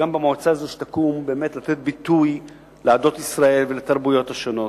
במועצה הזאת שתקום באמת לתת ביטוי לעדות ישראל ולתרבויות השונות.